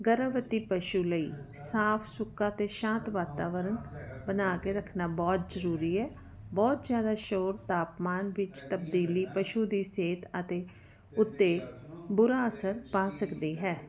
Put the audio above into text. ਗਰਭਵਤੀ ਪਸ਼ੂ ਲਈ ਸਾਫ ਸੁੱਕਾ ਅਤੇ ਸ਼ਾਂਤ ਵਾਤਾਵਰਣ ਬਣਾ ਕੇ ਰੱਖਣਾ ਬਹੁਤ ਜ਼ਰੂਰੀ ਹੈ ਬਹੁਤ ਜ਼ਿਆਦਾ ਸ਼ੋਰ ਤਾਪਮਾਨ ਵਿੱਚ ਤਬਦੀਲੀ ਪਸ਼ੂ ਦੀ ਸਿਹਤ ਅਤੇ ਉੱਤੇ ਬੁਰਾ ਅਸਰ ਪਾ ਸਕਦੀ ਹੈ